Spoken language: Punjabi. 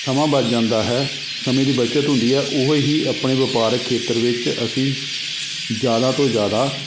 ਸਮਾਂ ਬੱਚ ਜਾਂਦਾ ਹੈ ਸਮੇਂ ਦੀ ਬੱਚਤ ਹੁੰਦੀ ਹੈ ਉਹੀ ਆਪਣੇ ਵਪਾਰਕ ਖੇਤਰ ਵਿੱਚ ਅਸੀਂ ਜ਼ਿਆਦਾ ਤੋਂ ਜ਼ਿਆਦਾ